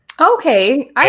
Okay